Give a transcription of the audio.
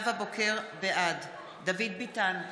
בעד דוד ביטן,